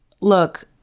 look